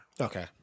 Okay